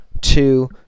two